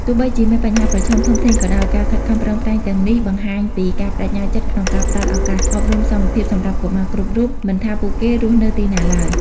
ទោះបីជាមានបញ្ហាប្រឈមធំធេងក៏ដោយ ការខិតខំប្រឹងប្រែងទាំងនេះបង្ហាញពីការប្តេជ្ញាចិត្តក្នុងការផ្តល់ឱកាសអប់រំសមភាពសម្រាប់កុមារគ្រប់រូប មិនថាពួកគេរស់នៅទីណាឡើយ។